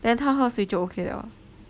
then 他喝水就 okay liao ah